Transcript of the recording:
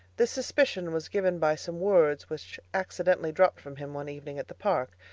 this suspicion was given by some words which accidentally dropped from him one evening at the park,